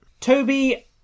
Toby